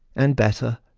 and better.